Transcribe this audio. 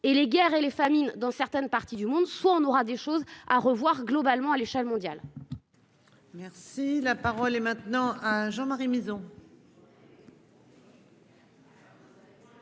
et les guerres et les famines dans certaines parties du monde, soit on aura des choses à revoir globalement à l'échelle mondiale. Merci la parole est maintenant hein. Jean-Marie Mizzon.